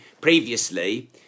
previously